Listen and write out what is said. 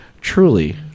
truly